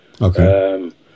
okay